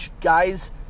Guys